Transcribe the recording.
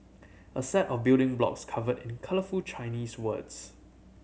a set of building blocks covered in colourful Chinese words